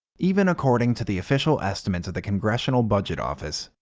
even according to the official estimates of the congressional budget office,